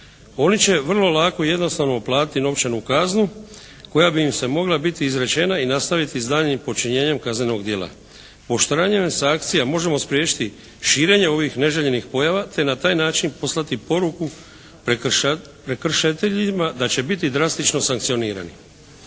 oni će vrlo lako jednostavno platiti novčanu kaznu koja bi im se mogla biti izrečena i nastaviti s daljnjim počinjenjem kaznenog djela. Pooštravanjem sankcija možemo spriječiti širenje ovih neželjenih pojava te na taj način poslati poruku prekršiteljima da će biti drastično sankcionirani.